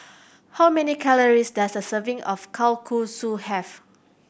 how many calories does a serving of Kalguksu have